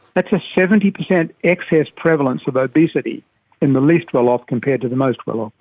that's a seventy percent excess prevalence of obesity in the least well-off compared to the most well-off.